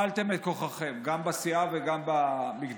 הכפלתן את כוחכן, גם בסיעה וגם במגדר.